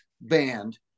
band